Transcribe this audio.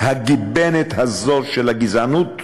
הגיבנת הזאת, של הגזענות,